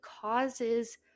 causes